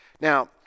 Now